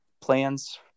plans